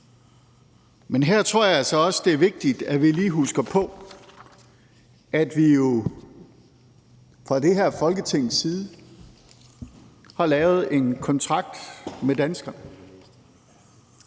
Men her tror jeg altså også, det er vigtigt, at vi lige husker på, at vi jo fra det her Folketings side har lavet en kontrakt med danskerne.